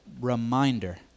reminder